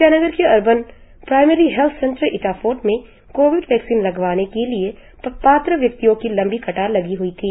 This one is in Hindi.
ईटानगर के urban primary health centre Itafort में कोविड वैक्सीन लगवाने के लिए पात्र व्यक्तियों की लंबी कतार लगी हई थी